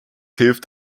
hilft